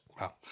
Wow